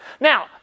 Now